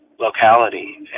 locality